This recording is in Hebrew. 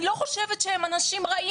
אני לא חושבת שהם אנשים רעים,